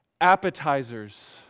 appetizers